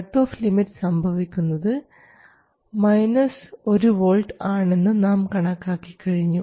cut off limit സംഭവിക്കുന്നത് 1 V ആണെന്ന് നാം കണക്കാക്കി കഴിഞ്ഞു